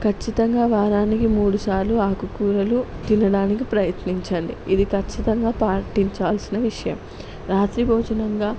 కచ్చితంగా వారానికి మూడుసార్లు ఆకుకూరలు తినడానికి ప్రయత్నించండి ఇది ఖచ్చితంగా పాటించాల్సిన విషయం రాత్రి భోజనంగా